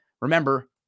Remember